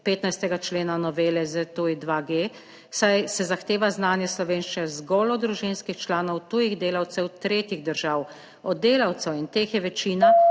15. člena novele ZTuj-2G, saj se zahteva znanje slovenščine zgolj od družinskih članov tujih delavcev tretjih držav, od delavcev - in teh je večina